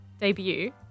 Debut